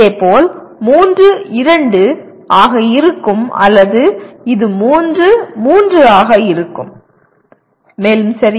இதேபோல் இது 3 2 ஆக இருக்கும் அல்லது இது 3 3 ஆக இருக்கும் மேலும் சரி